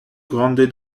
grande